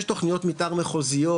יש תוכניות מתאר מחוזיות,